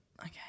Okay